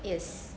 yes